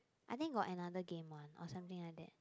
I think got another game one or something like that